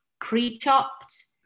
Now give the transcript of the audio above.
pre-chopped